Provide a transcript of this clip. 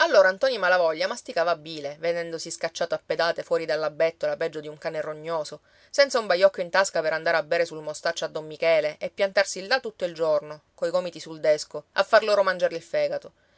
allora ntoni malavoglia masticava bile vedendosi scacciato a pedate fuori della bettola peggio di un cane rognoso senza un baiocco in tasca per andare a bere sul mostaccio a don michele e piantarsi là tutto il giorno coi gomiti sul desco a far loro mangiare il fegato